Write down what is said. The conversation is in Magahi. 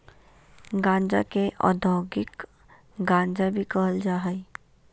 गांजा के औद्योगिक गांजा भी कहल जा हइ